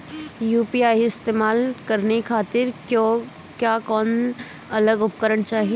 UPI इस्तेमाल करने खातिर क्या कौनो अलग उपकरण चाहीं?